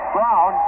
Brown